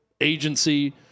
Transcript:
agency